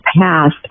past